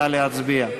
נא להצביע.